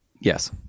yes